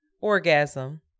orgasm